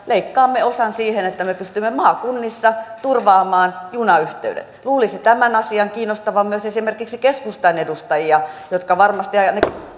leikkaamme osan siihen että me pystymme maakunnissa turvaamaan junayhteydet luulisi tämän asian kiinnostavan myös esimerkiksi keskustan edustajia jotka varmasti ainakin